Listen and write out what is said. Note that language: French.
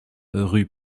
rue